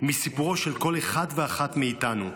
מסיפורו של כל אחד ואחת מאיתנו.